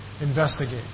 investigate